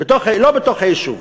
לא בתוך היישוב.